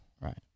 Right